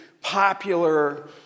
popular